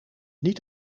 niet